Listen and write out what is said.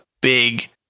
big